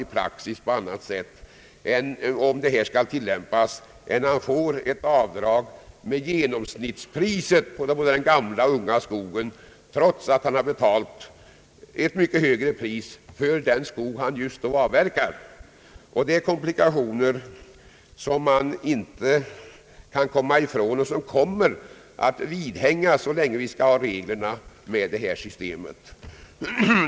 Det går inte att klara detta med nu tillämpad praxis på annat sätt än att avdrag får göras med genomsnittspriset för den gamla och den unga skogen trots att han har betalat ett mycket högre pris för den skog som han just då avverkar. Det är komplikationer som man inte kan komma ifrån och som kommer att finnas kvar så länge vi skall ha de nuvarande reglerna i detta system.